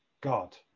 God